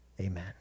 Amen